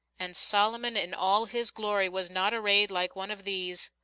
and solomon in all his glory was not arrayed like one of these!